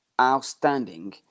outstanding